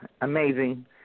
Amazing